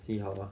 see how lah